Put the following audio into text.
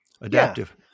adaptive